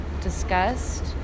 discussed